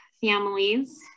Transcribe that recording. families